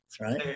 right